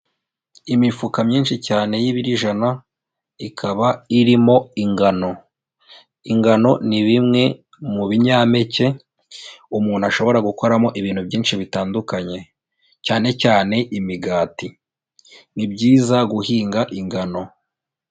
Imifuka myinshi cyane, y'ibiro ijana ikaba irimo ingano. ingano ni bimwe mu binyampeke ,umuntu ashobora gukoramo ibintu byinshi bitandukanye cyane cyane imigati. Ni byiza guhinga inmgano.